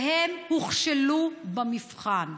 והם הוכשלו במבחן.